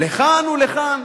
לכאן ולכאן.